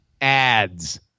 ads